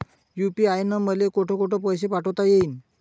UPI न मले कोठ कोठ पैसे पाठवता येईन?